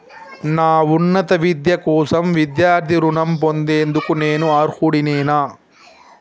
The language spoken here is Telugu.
నా ఉన్నత విద్య కోసం విద్యార్థి రుణం పొందేందుకు నేను అర్హుడినేనా?